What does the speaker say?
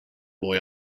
boy